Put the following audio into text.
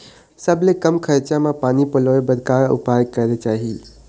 सबले कम खरचा मा पानी पलोए बर का उपाय करेक चाही?